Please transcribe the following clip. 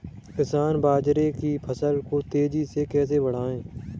किसान बाजरे की फसल को तेजी से कैसे बढ़ाएँ?